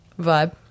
Vibe